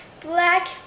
black